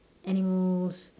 animals